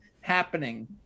happening